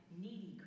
needy